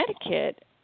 Connecticut